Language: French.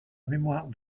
mémoire